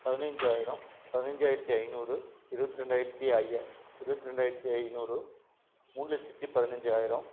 பதினஞ்சாயிரம் பதினஞ்சாயிரத்தி ஐநூறு இருபத்ரெண்டாயிரத்தி ஐயா இருபத்ரெண்டாயிரத்தி ஐநூறு மூணு லட்சத்தி பதினஞ்சாயிரம்